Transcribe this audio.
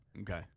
okay